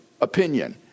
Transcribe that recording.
opinion